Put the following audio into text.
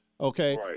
Okay